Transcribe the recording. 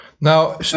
Now